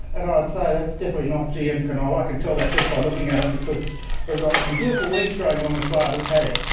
and i'd say that's definitely not a gm canola, i can tell that just by looking at it because they've got some beautiful weeds growing along the side of the paddock.